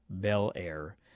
Belair